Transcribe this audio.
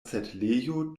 setlejo